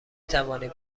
توانید